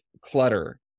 clutter